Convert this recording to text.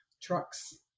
trucks